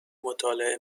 مطالعه